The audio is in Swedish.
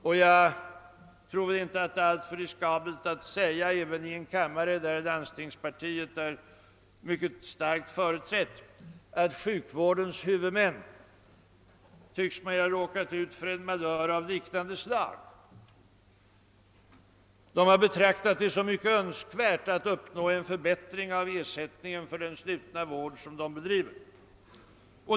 Det är väl inte alltför riskabelt att i en kammare, där »landstingspartiet» är starkt företrätt, säga att sjukvårdens huvudmän tycks ha råkat ut för en malör av liknande slag. De har betraktat det som mycket önskvärt att uppnå en förbättring av ersättningen för den slutna vård de bedriver.